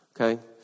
Okay